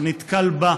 או נתקל בה,